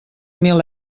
mil